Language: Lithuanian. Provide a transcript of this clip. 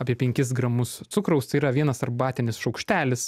apie penkis gramus cukraus tai yra vienas arbatinis šaukštelis